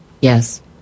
Yes